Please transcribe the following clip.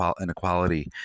inequality